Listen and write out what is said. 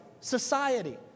society